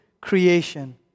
creation